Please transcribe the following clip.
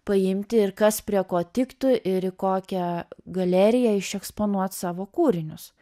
paimti ir kas prie ko tiktų ir į kokią galeriją išeksponuot savo kūrinius